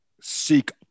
seek